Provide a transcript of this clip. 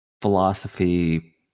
philosophy